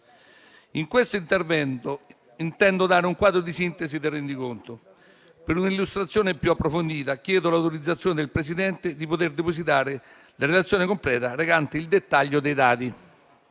In questo intervento intendo dare un quadro di sintesi del rendiconto. Per un'illustrazione più approfondita chiedo l'autorizzazione del Presidente di poter depositare la relazione completa recante il dettaglio dei dati.